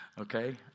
okay